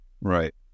Right